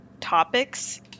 topics